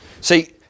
See